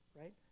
right